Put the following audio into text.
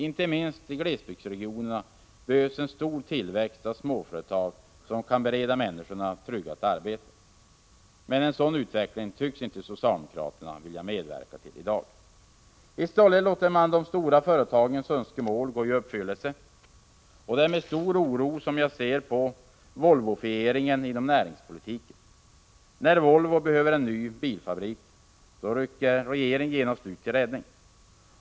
Inte minst i glesbygdsregionerna behövs en stor tillväxt av småföretag som kan bereda människorna tryggat arbete. Men en sådan utveckling tycks inte socialdemokraterna vilja medverka till i dag. Istället låter man de stora företagens önskemål gå i uppfyllelse. Det är med stor oro jag ser på ”Volvofieringen” inom näringspolitiken. När Volvo behöver en ny bilfabrik rycker regeringen genast ut till räddning.